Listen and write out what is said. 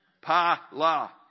Pa-la